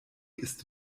ist